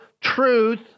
truth